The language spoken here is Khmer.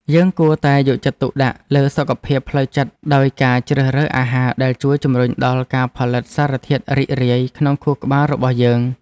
យើងគួរតែយកចិត្តទុកដាក់លើសុខភាពផ្លូវចិត្តដោយការជ្រើសរើសអាហារដែលជួយជម្រុញដល់ការផលិតសារធាតុរីករាយ ក្នុងខួរក្បាលរបស់យើង។